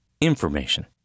information